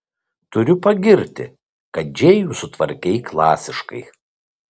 turiu pagirti kad džėjų sutvarkei klasiškai